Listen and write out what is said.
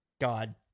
God